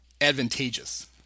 advantageous